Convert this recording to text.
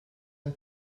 and